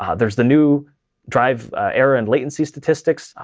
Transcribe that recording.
um there's the new drive error and latency statistics,